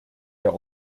der